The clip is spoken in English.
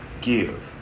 give